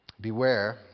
Beware